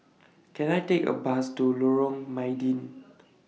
Can I Take A Bus to Lorong Mydin